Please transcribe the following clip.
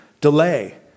delay